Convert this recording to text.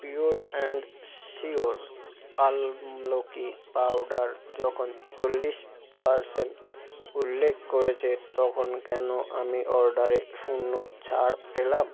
pure and sure আমলকি powder যখন চল্লিশ পারসেন্ট উল্লেখ করেছে তখন কেন আমি অর্ডারে শূন্য ছাড় পেলাম